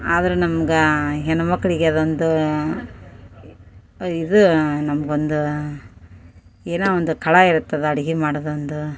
ಆದರೂ ನಮ್ಗೆ ಹೆಣ್ಣು ಮಕ್ಕಳಿಗೆ ಅದೊಂದೂ ಇದು ನಮಗೊಂದೂ ಏನೋ ಒಂದು ಕಳೆ ಇರ್ತದೆ ಅಡುಗೆ ಮಾಡೋದೊಂದು